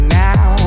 now